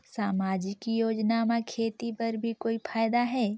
समाजिक योजना म खेती बर भी कोई फायदा है?